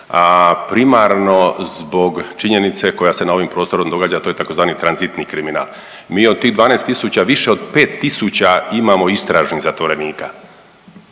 a primarno zbog činjenice koja se na ovim prostorima događa, a to je tzv. tranzitni kriminal. Mi od tih 12 tisuća više od 5 tisuća imamo istražnih zatvorenika